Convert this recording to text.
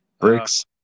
Bricks